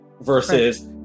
versus